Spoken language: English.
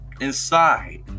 inside